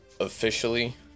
officially